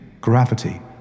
gravity